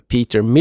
Peter